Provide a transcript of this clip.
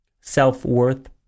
self-worth